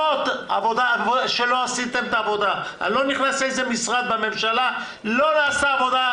אני לא נכנס לאיזה משרד בממשלה לא עשה את עבודתו.